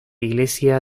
iglesia